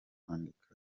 kwandika